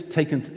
taken